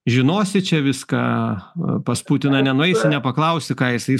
žinosi čia viską pas putiną nenueisi nepaklausi ką jisai